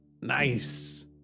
Nice